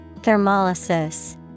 Thermolysis